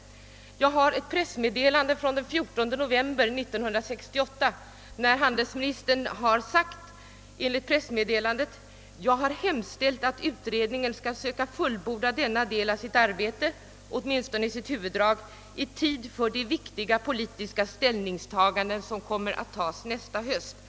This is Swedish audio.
Jag har ett pressmeddelande från den 14 november 1968 som omtalar att handelsministern yttrat att utredningen skall söka fullborda denna del av sitt arbete, åtminstone i dess huvuddrag, i god tid före de viktiga politiska ställningstaganden som kommer att göras hösten 1969.